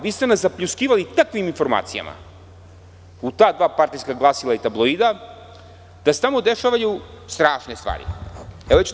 Vi ste nas zapljuskivali takvim informacijama u ta dva partijska glasila i tabloida, da se tamo dešavaju strašne stvari, itd.